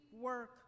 work